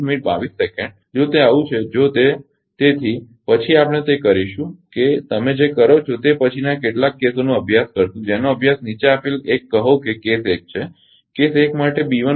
જો તે આવું છે જો તે તેથી પછી આપણે તે કરીશું કે તમે જે કરો છો તે પછીના કેટલાક કેસોનો અભ્યાસ કરીશું જેનો અભ્યાસ નીચે આપેલ એક કહો કે કેસ 1 છે